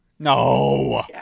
No